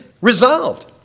resolved